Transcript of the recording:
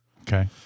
Okay